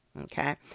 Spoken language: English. Okay